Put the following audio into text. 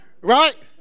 Right